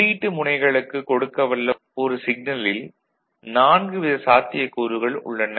உள்ளீட்டு முனைகளுக்கு கொடுக்கவல்ல ஒரு சிக்னலில் 4 வித சாத்தியக்கூறுகள் உள்ளன